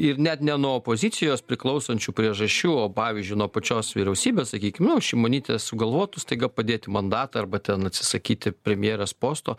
ir net ne nuo opozicijos priklausančių priežasčių o pavyzdžiui nuo pačios vyriausybės sakykim nu šimonytė sugalvotų staiga padėti mandatą arba ten atsisakyti premjerės posto